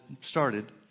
started